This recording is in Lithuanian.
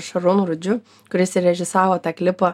šarūnu rudžiu kuris ir režisavo tą klipą